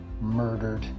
murdered